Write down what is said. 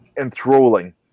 enthralling